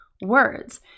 words